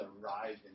arriving